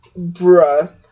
bruh